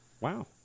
Wow